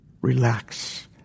relax